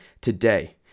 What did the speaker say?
today